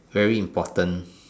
very important